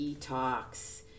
detox